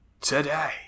today